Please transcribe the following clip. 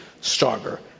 stronger